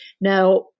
Now